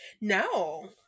No